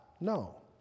No